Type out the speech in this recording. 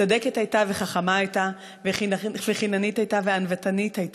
צדקת הייתה וחכמה הייתה וחיננית הייתה וענוותנית הייתה.